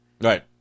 Right